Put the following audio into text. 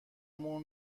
مون